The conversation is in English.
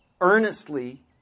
earnestly